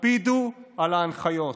הקפידו על ההנחיות.